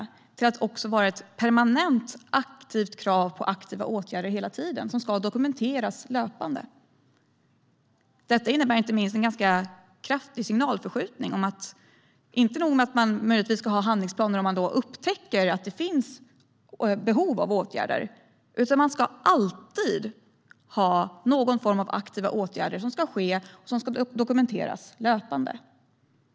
I stället finns ett permanent krav på aktiva åtgärder som ska vidtas hela tiden och dokumenteras löpande. Detta innebär en kraftig signalförskjutning. Inte nog med att man ska ha handlingsplaner om man upptäcker att det finns behov av åtgärder, utan man ska alltid ha någon form av aktiva åtgärder som ska vidtas och dokumenteras löpande.